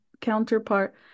counterpart